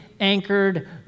anchored